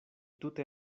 tute